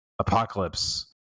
apocalypse